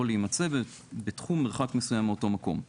או להימצא בתחום מרחק מסוים מאותו מקום"; (2)